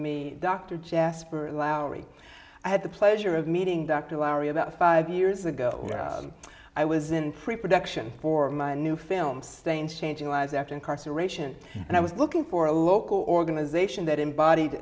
me dr jasper lowery i had the pleasure of meeting dr lowery about five years ago i was in pre production for my new film staying changing lives after incarceration and i was looking for a local organization that embodied